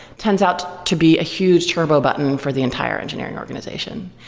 tends out to be a huge turbo button for the entire engineering organization.